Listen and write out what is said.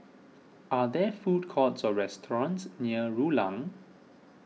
are there food courts or restaurants near Rulang